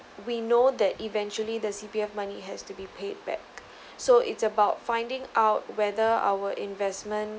we know that eventually the C_P_F money has to be paid back so it's about finding out whether our investment